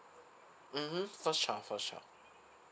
mmhmm first child first child